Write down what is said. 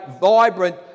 vibrant